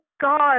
God